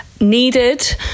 needed